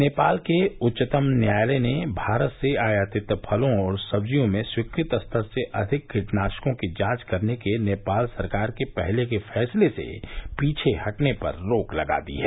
नेपाल के उच्चतम न्यायालय ने भारत से आयातित फलों और सब्जियों में स्वीकृत स्तर से अधिक कीटनाशकों की जांच करने के नेपाल सरकार के पहले के फैसले से पीछे हटने पर रोक लगा दी है